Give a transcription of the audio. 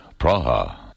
Praha